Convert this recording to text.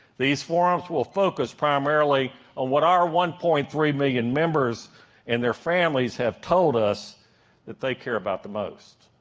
these forums will focus primarily on what our one point three million members and their families have told us that they care about the most.